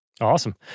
Awesome